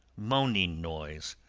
moaning noise.